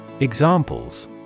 Examples